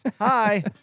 Hi